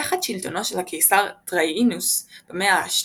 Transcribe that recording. תחת שלטונו של הקיסר טראיאנוס במאה ה-2,